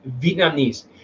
Vietnamese